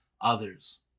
others